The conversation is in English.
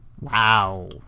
Wow